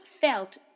felt